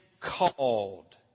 called